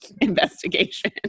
investigation